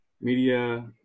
media